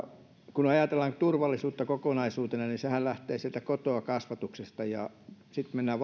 kun ajatellaan turvallisuutta kokonaisuutena niin sehän lähtee sieltä kotoa kasvatuksesta ja sitten mennään